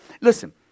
Listen